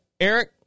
Eric